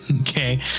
Okay